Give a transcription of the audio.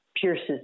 pierces